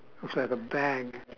it's like a bag